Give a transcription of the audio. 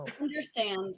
understand